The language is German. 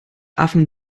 affen